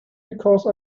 because